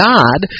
God